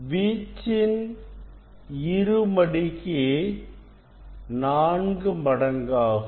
வீச்சின் இருமடிக்கு நான்கு மடங்காகும்